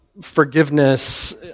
forgiveness